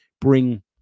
bring